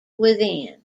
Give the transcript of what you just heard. within